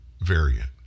variant